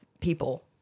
people